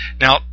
Now